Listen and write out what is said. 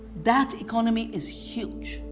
that economy is huge.